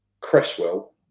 Cresswell